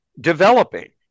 developing